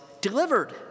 delivered